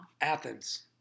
Athens